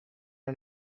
our